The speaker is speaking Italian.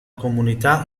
comunità